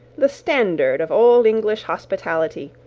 the standard of old english hospitality,